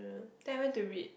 then I went to read